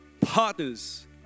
partners